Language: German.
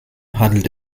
handelt